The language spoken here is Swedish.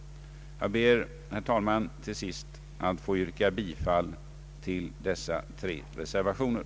Jag ber, herr talman, att få yrka bifall till dessa tre reservationer.